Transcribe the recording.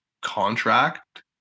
contract